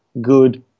good